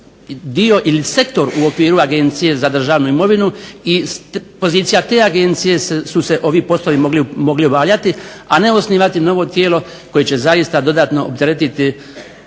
dio ili sektor u okviru Agencije za državnu imovinu i iz pozicija te agencije su se ovi poslovi mogli obavljati, a ne osnivati novo tijelo koje će zaista dodatno opteretiti